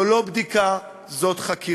זו לא בדיקה, זו חקירה.